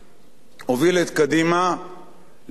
הוביל את קדימה להליכה,